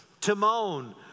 Timon